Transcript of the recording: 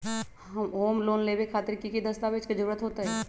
Home loan लेबे खातिर की की दस्तावेज के जरूरत होतई?